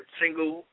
single